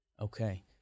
Okay